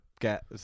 get